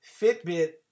Fitbit